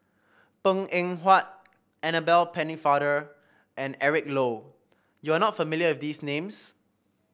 Png Eng Huat Annabel Pennefather and Eric Low you are not familiar with these names